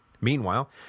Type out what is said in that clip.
Meanwhile